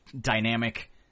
dynamic